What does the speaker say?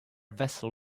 vessel